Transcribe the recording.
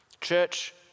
Church